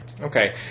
Okay